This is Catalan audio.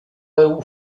heu